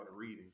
reading